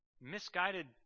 misguided